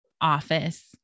office